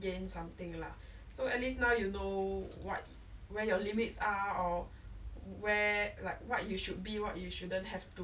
参加龙舟队真的把我变了一个人 but then the person then I change into I feel like it's not the person that I wanted to be lah I feel like